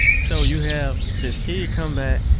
so you have this kid come back,